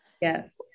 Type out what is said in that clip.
Yes